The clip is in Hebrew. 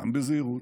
גם בזהירות,